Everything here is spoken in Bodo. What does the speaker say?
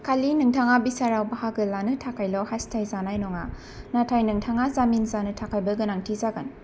खालि नोंथाङा बिसाराव बाहागो लानो थाखायल' हास्थाय जानाय नङा नाथाय नोंथाङा जामिन जानो थाखायबो गोनांथि जागोन